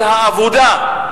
של העבודה,